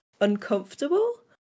uncomfortable